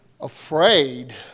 afraid